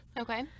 Okay